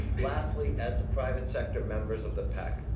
lastly, as the private sector members of the pec,